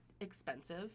expensive